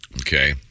Okay